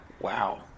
Wow